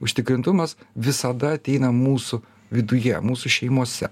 užtikrintumas visada ateina mūsų viduje mūsų šeimose